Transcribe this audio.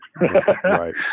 right